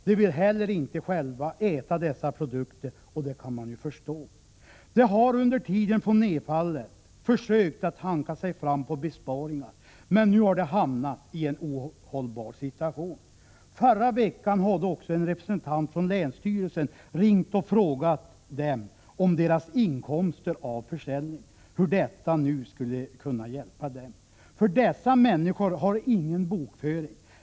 De vill inte heller själva äta dessa produkter, och det kan man ju förstå. De har under tiden sedan nedfallet försökt hanka sig fram på besparingar, men nu har de hamnat i en ohållbar situation. En representant från länsstyrelsen hade i förra veckan ringt och frågat dem om deras inkomster av försäljningen, hur detta nu skulle kunna hjälpa dem. Dessa människor har ingen bokföring.